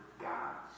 gods